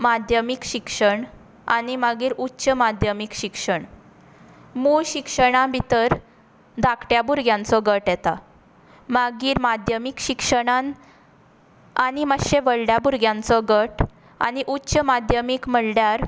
माध्यमीक शिक्षण आनी मागीर उच्च माध्यमीक शिक्षण मूळ शिक्षणा भितर धाकट्या भुरग्यांचो गट येता मागीर माध्यमीक शिक्षणान आनी मातश्या व्हडल्या भुरग्यांचो गट आनी उच्च माध्यमीक म्हणल्यार